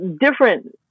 different